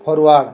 forward